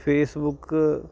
Facebook